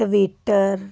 twitter